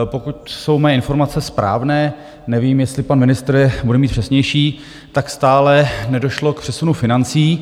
Pokud jsou mé informace správné nevím, jestli pan ministr je bude mít přesnější tak stále nedošlo k přesunu financí.